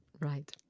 Right